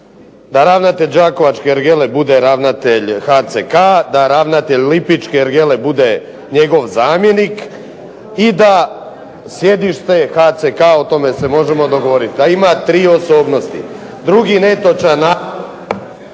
da ravnatelj Đakovačke ergele bude ravnatelj HCK, da ravnatelj Lipičke ergele bude njegov zamjenik i da sjedište HCK o tome se možemo dogovoriti, da ima tri osobnosti. Drugi netočan